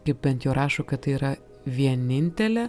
kaip bent jau rašo kad tai yra vienintelė